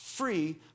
free